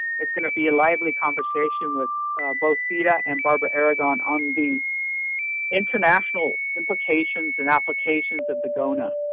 it's going to be a lively conversation with both theda and barbara aragon on the international implications and applications of the gona.